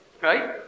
right